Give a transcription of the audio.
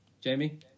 Jamie